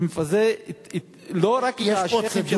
זה מבזה לא רק את השיח'ים,